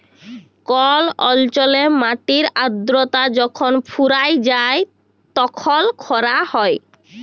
call অল্চলে মাটির আদ্রতা যখল ফুরাঁয় যায় তখল খরা হ্যয়